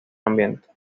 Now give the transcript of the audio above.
ambientes